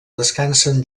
descansen